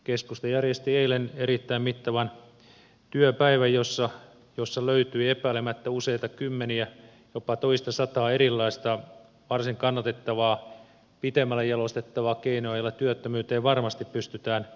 keskusta järjesti eilen erittäin mittavan työpäivän jossa löytyi epäilemättä useita kymmeniä jopa toistasataa erilaista varsin kannatettavaa pitemmälle jalostettavaa keinoa joilla työttömyyteen varmasti pystytään puuttumaan